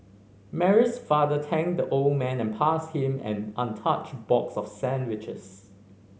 Mary's father thanked the old man and passed him an untouched box of sandwiches